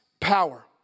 power